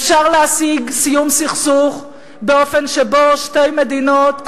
אפשר להשיג סיום סכסוך באופן שבו שתי מדינות,